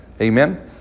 Amen